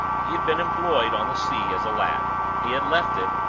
he had been employed on the sea as a lad. he had left it,